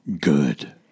Good